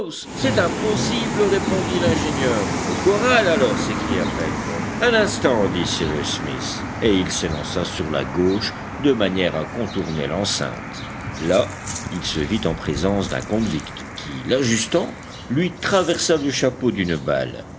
c'est impossible répondit l'ingénieur au corral alors s'écria pencroff un instant dit cyrus smith et il s'élança sur la gauche de manière à contourner l'enceinte là il se vit en présence d'un convict qui l'ajustant lui traversa le chapeau d'une balle